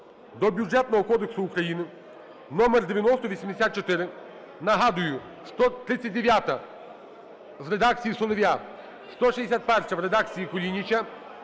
до Бюджетного кодексу України (№9084). Нагадую, 39-а з редакцією Солов'я, 161-а в редакції Кулініча